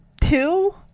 two